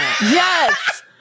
yes